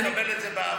אני מקבל את זה באהבה.